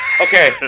Okay